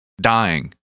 dying